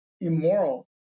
immoral